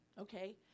okay